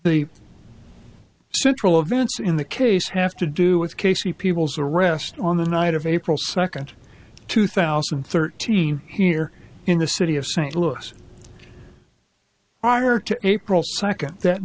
the central events in the case have to do with casey people's arrest on the night of april second two thousand and thirteen here in the city of st louis on her to april second that